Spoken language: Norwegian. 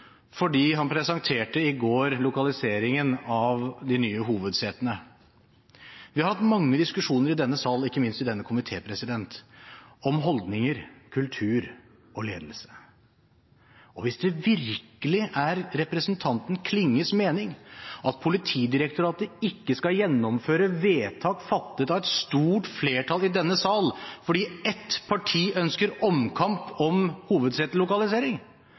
fordi han i går presenterte lokaliseringen av de nye hovedsetene. Vi har hatt mange diskusjoner i denne sal, og ikke minst i denne komité, om holdninger, kultur og ledelse. Hvis det virkelig er representanten Klinges mening at Politidirektoratet ikke skal gjennomføre vedtak fattet av et stort flertall i denne sal fordi ett parti ønsker omkamp om